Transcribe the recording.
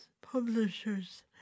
publishers